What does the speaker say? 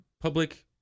public